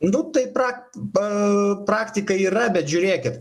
nu tai pra ba praktika yra bet žiūrėkit